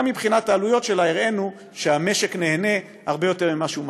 גם מבחינת העלויות שלה הראינו שהמשק נהנה הרבה יותר ממה שהוא מפסיד.